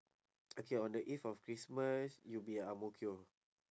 okay on the eve of christmas you'll be at ang mo kio